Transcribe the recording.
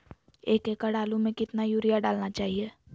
एक एकड़ आलु में कितना युरिया डालना चाहिए?